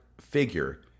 figure